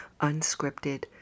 unscripted